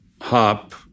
hop